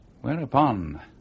Whereupon